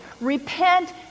Repent